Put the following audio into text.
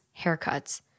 haircuts